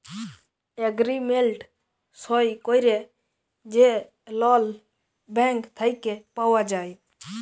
agreement সই ক্যইরে যে লল ব্যাংক থ্যাইকে পাউয়া যায়